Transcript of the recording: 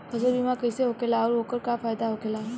फसल बीमा कइसे होखेला आऊर ओकर का फाइदा होखेला?